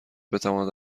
بتواند